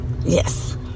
Yes